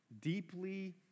deeply